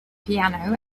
piano